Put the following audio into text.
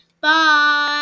Bye